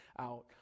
out